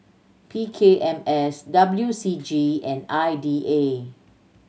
P K M S W C G and I D A